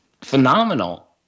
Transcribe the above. phenomenal